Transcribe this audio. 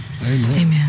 Amen